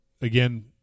Again